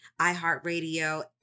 iHeartRadio